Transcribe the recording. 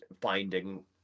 finding